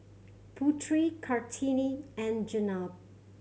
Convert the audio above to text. Putri Kartini and Jenab